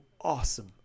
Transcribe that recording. awesome